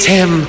Tim